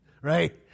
Right